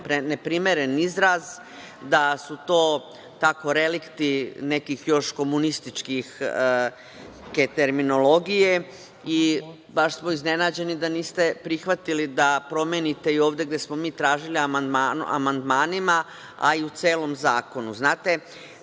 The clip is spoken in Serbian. neprimeren izraz, da su to relikti neki još komunističke terminologije i baš smo iznenađeni da niste prihvatili da promenite i ovde gde smo mi tražili amandmanima, a i u celom zakonu. Znate,